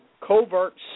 covert